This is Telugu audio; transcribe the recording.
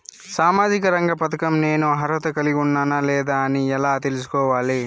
సామాజిక రంగ పథకం నేను అర్హత కలిగి ఉన్నానా లేదా అని ఎలా తెల్సుకోవాలి?